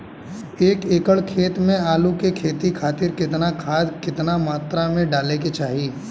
एक एकड़ खेत मे आलू के खेती खातिर केतना खाद केतना मात्रा मे डाले के चाही?